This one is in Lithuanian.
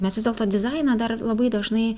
mes vis dėlto dizainą dar labai dažnai